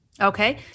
Okay